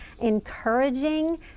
encouraging